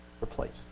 replaced